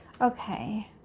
okay